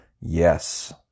yes